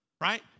right